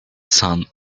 sun